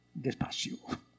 despacio